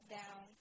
down